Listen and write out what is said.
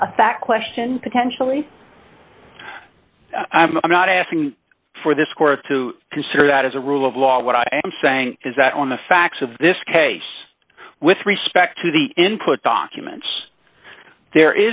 that question potentially i'm not asking for this court to consider that as a rule of law what i am saying is that on the facts of this case with respect to the input documents there